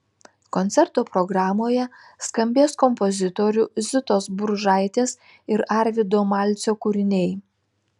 koncerto programoje skambės kompozitorių zitos bružaitės ir arvydo malcio kūriniai